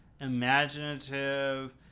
imaginative